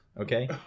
okay